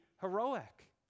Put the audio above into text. heroic